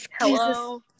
hello